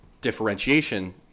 differentiation